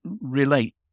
relate